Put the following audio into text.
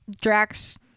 Drax